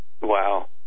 Wow